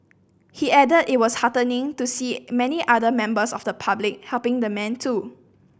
he added that it was heartening to see many other members of the public helping the man too